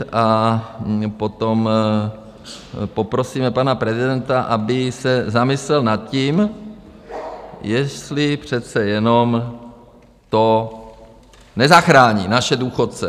A potom poprosíme pana prezidenta, aby se zamyslel nad tím, jestli přece jenom to nezachrání, naše důchodce.